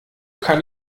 kann